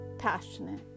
passionate